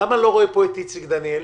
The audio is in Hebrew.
למה אני לא רואה את איציק דניאל?